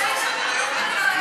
מציע נוסף?